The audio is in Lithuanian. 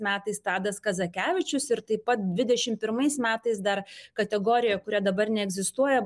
metais tadas kazakevičius ir taip pat dvidešimt pirmais metais dar kategorija kuria dabar neegzistuoja